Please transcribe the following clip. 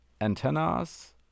antennas